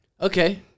Okay